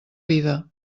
vida